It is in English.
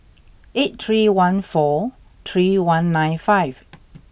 eight three one four three one nine five